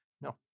No